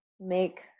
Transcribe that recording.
make